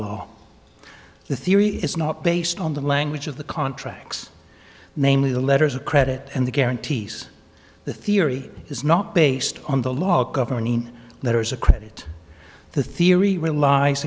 law the theory is not based on the language of the contracts namely the letters of credit and the guarantees the theory is not based on the law governing letters of credit the theory relies